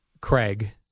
Craig